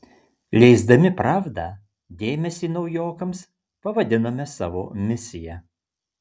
leisdami pravdą dėmesį naujokams pavadinome savo misija